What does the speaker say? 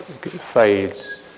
fades